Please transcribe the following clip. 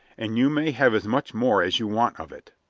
and you may have as much more as you want of it.